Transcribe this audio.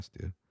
dude